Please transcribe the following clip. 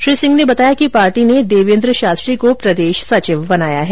श्री सिंह ने बताया कि पार्टी ने देवेन्द्र शास्त्री को प्रदेश सचिव बनाया है